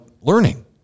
learning